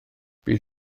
bydd